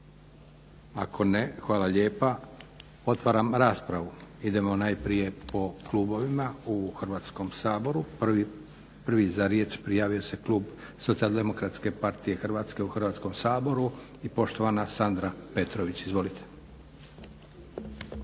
Ako ne, hvala lijepa. Otvaram raspravu. Idemo najprije po klubovima u Hrvatskom saboru. Prvi za riječ prijavio se klub SDP-a i poštovana Sandra Petrović. Izvolite.